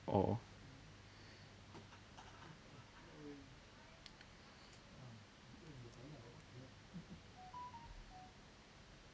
orh